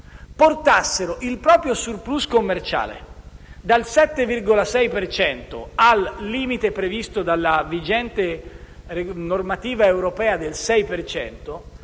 portassero il proprio *surplus* commerciale dal 7,6 per cento al limite previsto dalla vigente normativa europea del 6